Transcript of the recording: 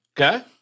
Okay